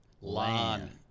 LAN